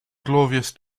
glorious